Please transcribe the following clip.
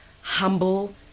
humble